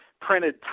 printed